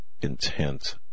Intent